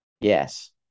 Yes